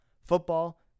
football